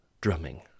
drumming